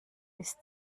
ist